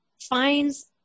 finds